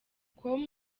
com